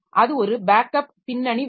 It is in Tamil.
அது ஒரு பேக்கப் பின்னணி வேலை